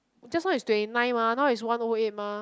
just now is twenty nine mah now is one O eight mah